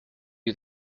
you